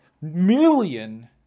million